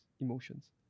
Emotions